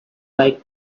like